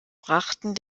brachten